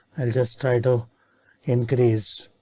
i'll just try to increase.